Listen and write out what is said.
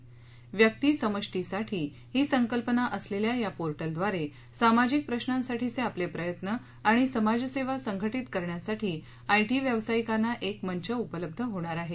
व्यक्ती समष्टीसाठी ही संकल्पना असलेल्या या पोर्टलव्दारे सामाजिक प्रश्नांसाठीचे आपले प्रयत्न आणि समाजसेवा संघटित करण्यासाठी आयटी व्यावसायिकांना एक मंच उपलब्ध होणार आहे